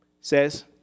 says